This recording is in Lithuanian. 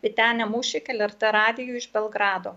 vytenė muščik lrt radijui iš belgrado